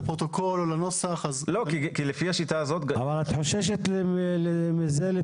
לטובת מי את חוששת מזה,